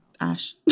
Ash